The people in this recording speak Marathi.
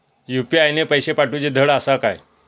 यू.पी.आय ने पैशे पाठवूचे धड आसा काय?